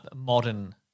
modern